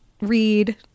read